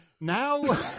now